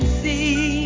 see